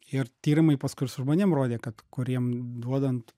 ir tyrimai paskui ir su žmonėm rodė kad kuriem duodant